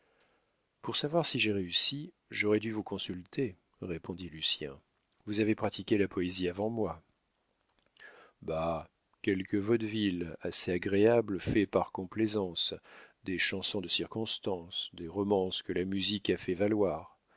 pour savoir si j'ai réussi j'aurais dû vous consulter répondit lucien vous avez pratiqué la poésie avant moi bah quelques vaudevilles assez agréables faits par complaisance des chansons de circonstance des romances que la musique a fait valoir